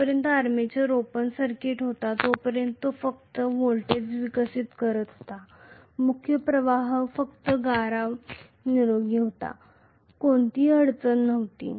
जोपर्यंत armature open circuit होता तोपर्यंत तो फक्त व्होल्टेज विकसित करीत होता मुख्य प्रवाह निरोगी होता कोणतीही अडचण नव्हती